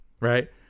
Right